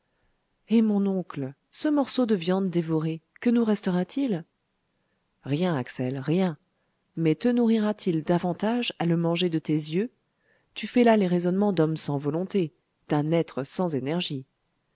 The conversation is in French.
eh mon oncle ce morceau de viande dévoré que nous restera-t-il rien axel rien mais te nourrira t il davantage à le manger de tes yeux tu fais là les raisonnements d'homme sans volonté d'un être sans énergie